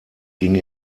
ging